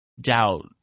doubt